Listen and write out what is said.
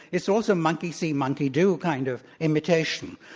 it's also monkey see, monkey do kind of imitation.